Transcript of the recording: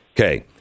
Okay